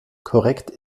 korrekt